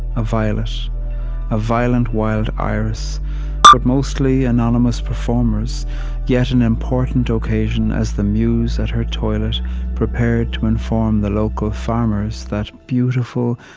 a violet a violent wild iris but mostly anonymous performers yet an important occasion as the muse at her toilet prepared to inform the local farmers that beautiful,